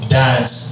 dance